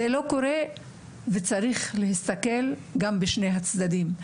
צריך להסתכל על שני הצדדים.